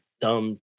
dumb